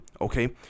Okay